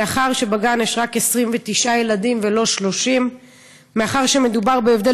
מאחר שבגן יש רק 29 ילדים ולא 30. מאחר שמדובר בהבדל